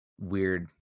weird